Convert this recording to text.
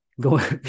go